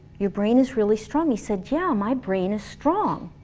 your brain is really strong. he said yeah, my brain is strong.